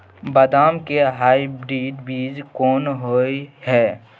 बदाम के हाइब्रिड बीज कोन होय है?